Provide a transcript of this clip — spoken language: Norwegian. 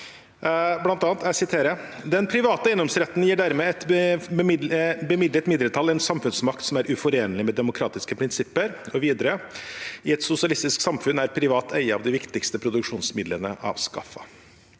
«Den private eiendomsretten gir dermed et bemidlet mindretall en samfunnsmakt som er uforenlig med demokratiske prinsipper.» Og videre: «I et sosialistisk samfunn er privat eie av de viktigste produksjonsmidlene avskaffa.»